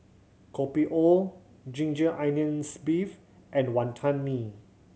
Kopi O ginger onions beef and Wonton Mee